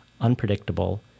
unpredictable